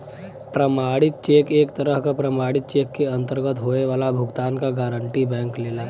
प्रमाणित चेक एक तरह क प्रमाणित चेक के अंतर्गत होये वाला भुगतान क गारंटी बैंक लेला